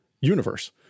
universe